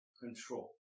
control